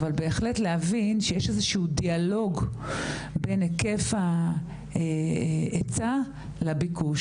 אבל בהחלט להבין שישנו דיאלוג בין היקף ההיצע והביקוש.